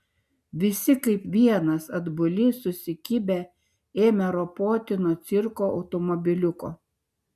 visi kaip vienas atbuli susikibę ėmė ropoti nuo cirko automobiliuko